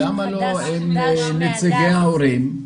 למה לא עם נציגי ההורים?